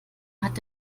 hat